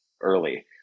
early